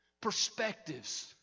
perspectives